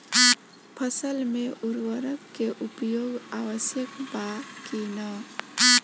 फसल में उर्वरक के उपयोग आवश्यक बा कि न?